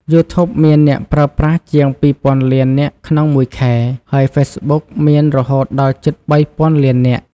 យូធូបមានអ្នកប្រើប្រាស់ជាងពីរពាន់លាននាក់ក្នុងមួយខែ ហើយហ្វេសប៊ុកមានរហូតដល់ជិតបីពាន់លាននាក់។